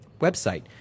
website